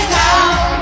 now